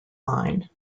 line